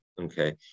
okay